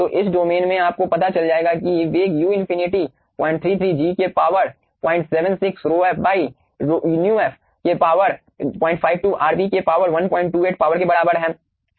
तो इस डोमेन में आपको पता चल जाएगा कि वेग यू इनफिनिटी 033g के पावर 076 ρf μf के पावर 052 Rb के पावर 128 पावर के बराबर है